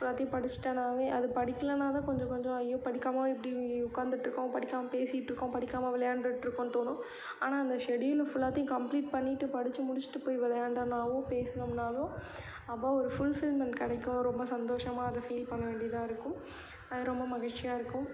ஃபுல்லாத்தையும் படித்திட்டனாவே அதை படிக்கலைனா தான் கொஞ்சம் கொஞ்சம் அய்யோ படிக்காமல் இப்படி உக்கார்ந்துட்டு இருக்கோம் படிக்காமல் பேசிகிட்டு இருக்கோம் படிக்காமல் விளையாண்டுட்டு இருக்கோம்னு தோணும் ஆனால் அந்த ஷெட்யூலை ஃபுல்லாத்தையும் கம்ப்ளீட் பண்ணிட்டு படிச்சு முடிச்சுட்டு போய் விளையாண்டோனாவும் பேசினோம்னாலும் அபோவ் ஒரு ஃபுல்ஃபில்மண்ட் கிடைக்கும் ரொம்ப சந்தோஷமாக அதை ஃபீல் பண்ண வேண்டியதாக இருக்கும் அது ரொம்ப மகிழ்ச்சியாக இருக்கும்